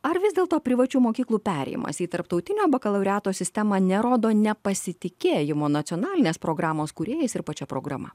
ar vis dėlto privačių mokyklų perėjimas į tarptautinio bakalaureto sistemą nerodo nepasitikėjimo nacionalinės programos kūrėjais ir pačia programa